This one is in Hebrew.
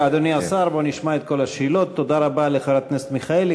תודה רבה לחברת הכנסת מיכאלי.